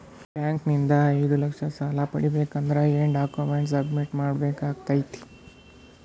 Bank ನಿಂದ ಐದು ಲಕ್ಷ ಸಾಲ ಪಡಿಬೇಕು ಅಂದ್ರ ಏನ ಡಾಕ್ಯುಮೆಂಟ್ ಸಬ್ಮಿಟ್ ಮಾಡ ಬೇಕಾಗತೈತಿ?